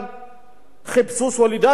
חיפשו סולידריות חברתית,